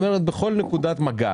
והיא אומרת שבכל נקודת מגע